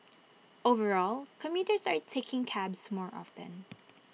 overall commuters are taking cabs more often